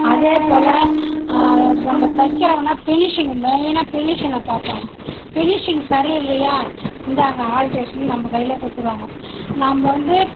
அதே போல் நம்ம தைக்கிறம்னா பினிஷிங் மெயினாக பினிஷிங்கை பார்ப்பாங்க பினிஷிங் சரி இல்லையா இந்தாங்க ஆல்டேசன் நம்ம கையில் குடுத்துடுவாங்க நம்ம வந்து